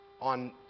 on